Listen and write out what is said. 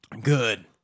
Good